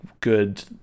good